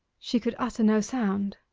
she could utter no sound.